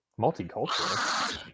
Multicultural